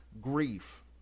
grief